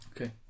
Okay